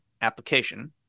application